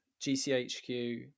GCHQ